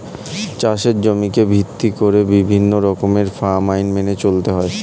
চাষের জমিকে ভিত্তি করে বিভিন্ন রকমের ফার্ম আইন মেনে চলতে হয়